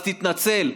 אז תתנצל,